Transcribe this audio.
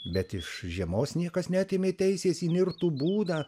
bet iš žiemos niekas neatėmė teisės į nirtų būdą